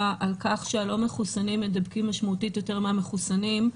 על כך שהלא מחוסנים מדבקים משמעותית יותר מהמחוסנים.